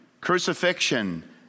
crucifixion